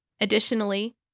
Additionally